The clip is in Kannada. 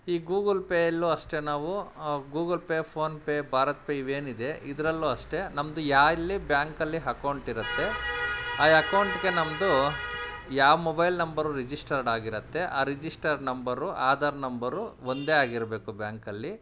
ಈ ಗೂಗಲ್ ಪೇ ಅಲ್ಲೂ ಅಷ್ಟೇ ನಾವೂ Google Pay PhonePe BharatPe ಇವು ಏನಿದೆ ಇದರಲ್ಲು ಅಷ್ಟೇ ನಮ್ಮದು ಎಲ್ಲಿ ಬ್ಯಾಂಕಲ್ಲಿ ಹಕೌಂಟ್ ಇರುತ್ತೆ ಆ ಅಕೌಂಟಿಗೆ ನಮ್ಮದು ಯಾ ಮೊಬೈಲ್ ನಂಬರು ರಿಜಿಸ್ಟರ್ಡ್ ಆಗಿರುತ್ತೆ ಆ ರಿಜಿಸ್ಟರ್ ನಂಬರು ಆಧಾರ್ ನಂಬರು ಒಂದೇ ಆಗಿರಬೇಕು ಬ್ಯಾಂಕಲ್ಲಿ